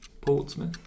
Portsmouth